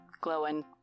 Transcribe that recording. glowing